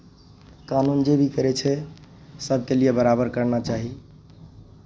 कानून जे भी करै छै सभके लिए बराबर करना चाही